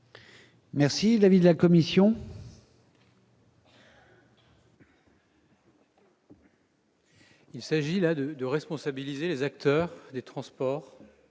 Merci l'avis de la commission. Il s'agit là de de responsabilisé les acteurs des transports